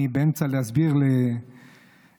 אני באמצע להסביר את הנושא.